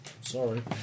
Sorry